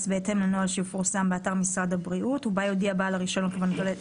בהתאם לנוהל שיפורסם באתר משרד הבריאות ובה יודיע בעל הרישיון" וכולי.